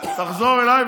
תחזור אליי,